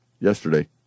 Yesterday